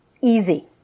easy